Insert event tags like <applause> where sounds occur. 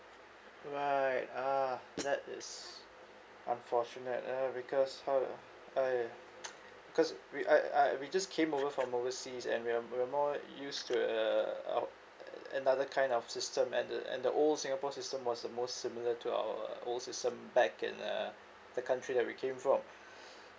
right ah that is unfortunate uh because how it !aiya! <noise> because re~ I I we just came over from overseas and we are we are more used to the au~ <noise> another kind of system and the and the old singapore system was the most similar to our uh old system back in uh the country that we came from <breath>